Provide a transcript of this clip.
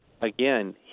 again